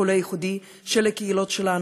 הקול הייחודי של הקהילות שלנו,